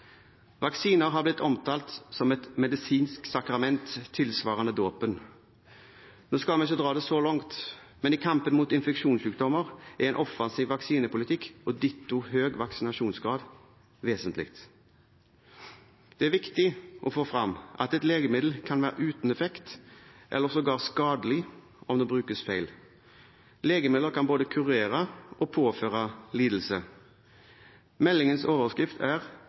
Vaksiner har blitt omtalt som et medisinsk sakrament tilsvarende dåpen. Nå skal vi ikke dra det så langt, men i kampen mot infeksjonssykdommer er en offensiv vaksinepolitikk og ditto høy vaksinasjonsgrad vesentlig. Det er viktig å få frem at et legemiddel kan være uten effekt eller sågar skadelig om det brukes feil. Legemidler kan både kurere og påføre lidelse. Meldingens overskrift er